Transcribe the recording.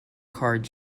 card